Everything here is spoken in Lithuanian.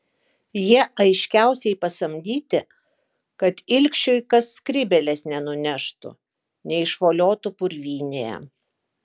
jie aiškiausiai pasamdyti kad ilgšiui kas skrybėlės nenuneštų neišvoliotų purvynėje